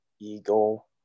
eagle